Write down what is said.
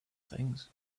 things